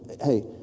hey